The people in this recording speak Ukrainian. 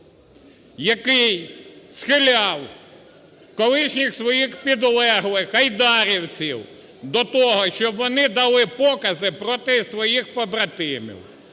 який схиляв колишніх своїх підлеглих – айдарівців до того, щоби вони дали покази проти своїх побратимів,